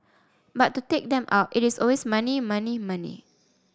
but to take them out it is always money money money